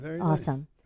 awesome